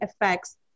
effects